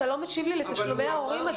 אתה לא משיב לי לתשלומי הורים, אדוני.